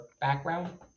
background